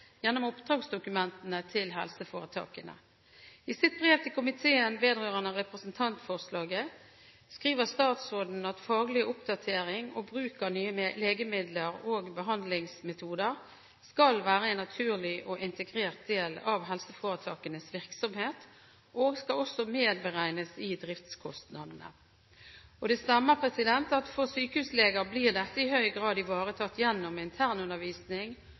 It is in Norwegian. gjennom oppdragsdokumentene til helseforetakene. I sitt brev til komiteen vedrørende representantforslaget skriver statsråden at faglig oppdatering og bruk av nye legemidler og behandlingsmetoder skal være en naturlig og integrert del av helseforetakenes virksomhet og skal også medberegnes i driftskostnadene. Det stemmer at for sykehusleger blir dette i høy grad ivaretatt gjennom internundervisning,